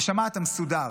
נשמה, אתה מסודר.